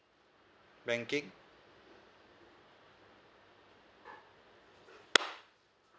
banking